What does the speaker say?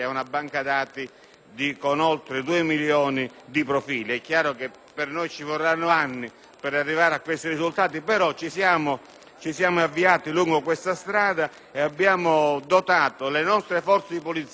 con oltre 2 milioni di profili. È chiaro che per noi ci vorranno anni per arrivare a tali risultati, però ci siamo avviati lungo questa strada e abbiamo dotato le nostre forze di polizia, che sono